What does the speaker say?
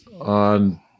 on